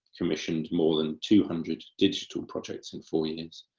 commissioned more than two hundred digital projects in four years,